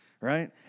right